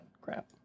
Crap